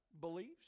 beliefs